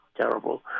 terrible